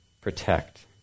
protect